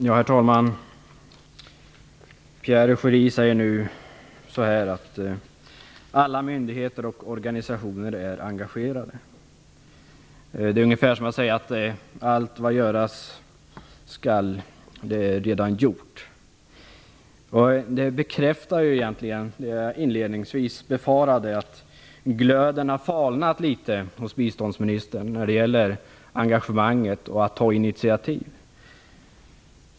Herr talman! Pierre Schori säger nu att alla myndigheter och organisationer är engagerade. Det är ungefär som att säga att allt vad göras skall är redan gjort. Det bekräftar ju egentligen det jag inledningsvis befarade. Glöden har falnat litet hos biståndsministern när det gäller engagemanget och att ta initiativ.